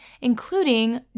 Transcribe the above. including